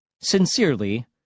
Sincerely